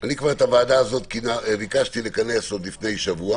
אני את הוועדה הזאת ביקשתי לכנס לפני שבוע